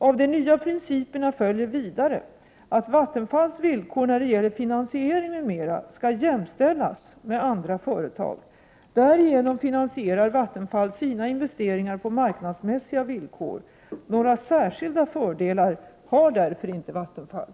Av de nya principerna följer vidare att Vattenfalls villkor när det gäller finansiering m.m. skall jämställas med andra företag. Därigenom finansierar Vattenfall sina investeringar på marknadsmässiga villkor. Några särskilda fördelar har därför inte Vattenfall.